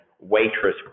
waitress